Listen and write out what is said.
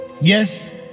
Yes